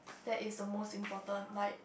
that is the most important like